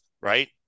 Right